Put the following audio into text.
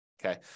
Okay